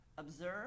observe